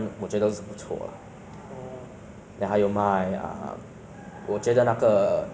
但是 overall 是还好 lah 茨园小贩中心食物我觉得是